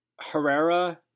Herrera